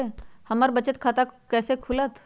हमर बचत खाता कैसे खुलत?